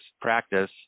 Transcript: practice